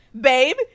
babe